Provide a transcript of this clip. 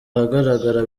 ahagaragara